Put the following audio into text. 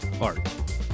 art